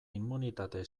immunitate